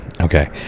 Okay